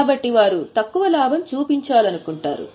కాబట్టి వారు తక్కువ లాభం చూపించాలనుకుంటున్నారు